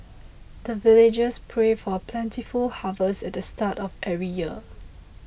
the villagers pray for plentiful harvest at the start of every year